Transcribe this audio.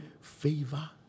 favor